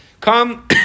come